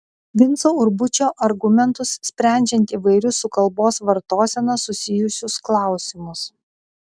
vinco urbučio argumentus sprendžiant įvairius su kalbos vartosena susijusius klausimus